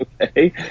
okay